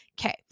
Okay